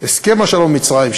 הסכם השלום עם מצרים,